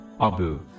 Abu